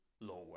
lower